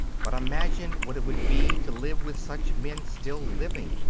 but imagine what it would be to live with such men still living,